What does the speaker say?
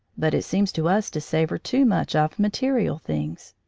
but it seems to us to savour too much of material things.